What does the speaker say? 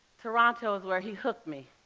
toronto is where he hooked me.